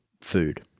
food